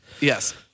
Yes